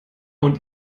und